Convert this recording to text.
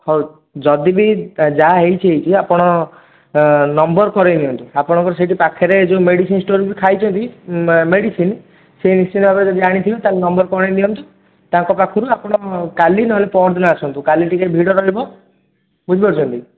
ହଉ ଯଦି ବି ଯାହା ହୋଇଛି ହୋଇଛି ଆପଣ ନମ୍ବର୍ କରାଇ ନିଅନ୍ତୁ ଆପଣଙ୍କ ସେଇଠି ପାଖରେ ଯେଉଁ ମେଡ଼ିସିନ୍ ଷ୍ଟୋର୍ ବି ଖାଇଛନ୍ତି ମେଡ଼ିସିନ୍ ସେ ନିଶ୍ଚିତ ଭାବରେ ଯଦି ଜାଣିଥିବେ ତାକୁ ନମ୍ବର୍ କରାଇ ନିଅନ୍ତୁ ତାଙ୍କ ପାଖରୁ ଆପଣ କାଲି ନହଲେ ପରଦିନ ଆସନ୍ତୁ କାଲି ଟିକିଏ ଭିଡ଼ ରହିବ ବୁଝିପାରୁଛନ୍ତି